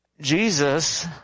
Jesus